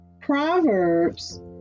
Proverbs